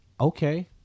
okay